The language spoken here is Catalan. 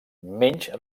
menys